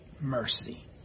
mercy